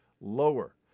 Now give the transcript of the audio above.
lower